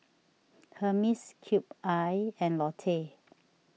Hermes Cube I and Lotte